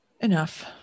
enough